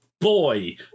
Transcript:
boy